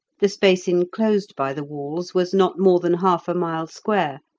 the space enclosed by the walls was not more than half a mile square,